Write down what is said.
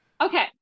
Okay